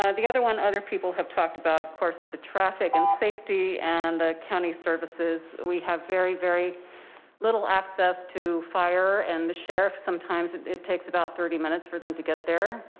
ah the other one other people have talked about, of course, with the traffic and safety and the county services, we have very, very little access to fire. and the sheriff sometimes it takes about thirty minutes for them to get there,